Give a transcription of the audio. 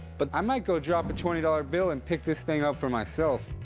but i might go drop a twenty dollars bill and pick this thing up for myself.